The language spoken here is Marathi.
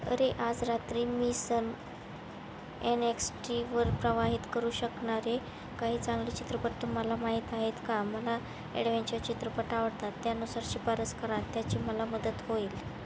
अरे आज रात्री मी सन एन एक्स टी वर प्रवाहित करू शकणारे काही चांगले चित्रपट तुम्हाला माहीत आहेत का मला ॲडवेहेंचर चित्रपट आवडतात त्यानुसार शिफारस करा त्याची मला मदत होईल